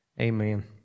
Amen